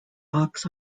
box